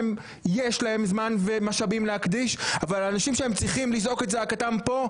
יש להם זמן ומשאבים להקדיש אבל לאנשים שהם צריכים לזעוק את זעקתם כאן,